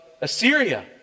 Assyria